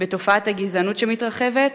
בתופעת הגזענות שמתרחבת,